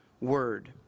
word